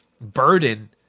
burden